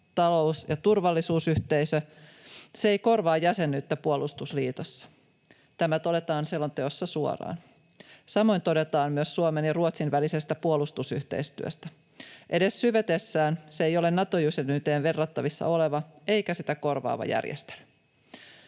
talous- ja turvallisuusyhteisö, se ei korvaa jäsenyyttä puolustusliitossa. Tämä todetaan selonteossa suoraan. Samoin todetaan myös Suomen ja Ruotsin välisestä puolustusyhteistyöstä. Edes syvetessään se ei ole Nato-jäsenyyteen verrattavissa oleva eikä sitä korvaava järjestely.